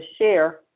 share